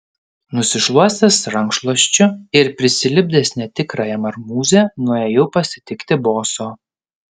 nusišluostęs rankšluosčiu ir prisilipdęs netikrąją marmūzę nuėjau pasitikti boso